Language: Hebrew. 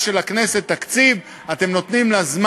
בגלל הנושא של תקציב דו-שנתי שהיה פעם